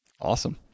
Awesome